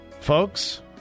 Folks